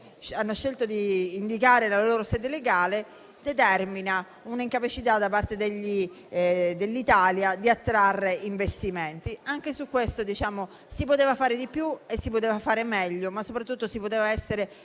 hanno scelto di indicare la loro sede legale, determina un'incapacità da parte dell'Italia di attrarre investimenti. Anche su questo si poteva fare di più e si poteva fare meglio, ma soprattutto si poteva essere